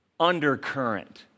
undercurrent